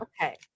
Okay